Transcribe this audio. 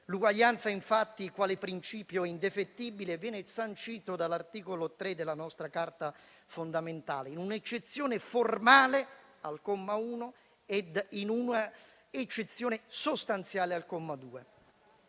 L'uguaglianza, infatti, quale principio indefettibile, viene sancita dall'articolo 3 della nostra Carta fondamentale in un'accezione formale al comma 1 e in una accezione sostanziale al comma 2.